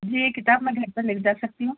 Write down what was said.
یہ کتاب میں گھر پر لے کر جا سکتی ہوں